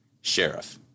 sheriff